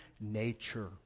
nature